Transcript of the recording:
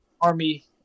army